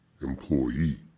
employee